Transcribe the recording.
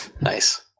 Nice